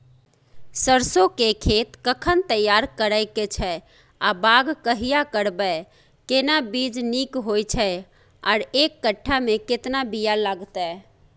सरसो के खेत कखन तैयार करै के छै आ बाग कहिया करबै, केना बीज नीक होय छै आर एक कट्ठा मे केतना बीया लागतै?